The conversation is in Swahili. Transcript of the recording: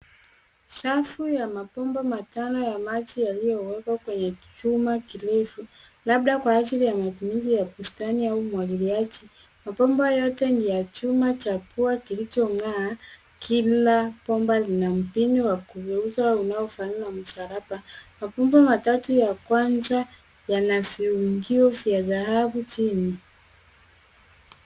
Safu ya mabomba matano ya maji yaliyowekwa kwenye chuma kirefu, labda kwa ajili ya matumizi ya bustani au umwagiliaji. Mabomba yote ni ya chuma cha pua kilichong'aa. Kila bomba lina mpini wa kugeuza unaofanana na msalaba. Mabomba matatu ya kwanza yana viungio vya dhahabu chini.